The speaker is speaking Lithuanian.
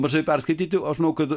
mažai perskaityti o aš manau kad